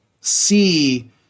see